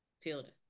field